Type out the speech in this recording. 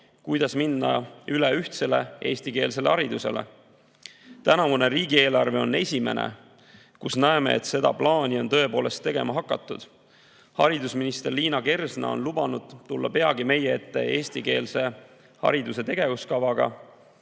kuidas minna üle ühtsele eestikeelsele haridusele. Tänavune riigieelarve on esimene, kus näeme, et seda plaani on tõepoolest tegema hakatud. Haridusminister Liina Kersna on lubanud tulla peagi meie ette eestikeelse hariduse tegevuskavaga,